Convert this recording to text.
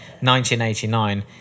1989